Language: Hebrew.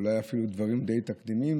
אולי אפילו דברים תקדימיים,